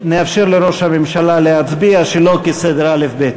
מצביע נאפשר לראש הממשלה להצביע שלא כסדר האל"ף-בי"ת.